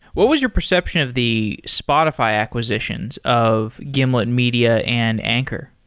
what was your perception of the spotify acquisitions of gimlet media and anchor?